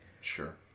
Sure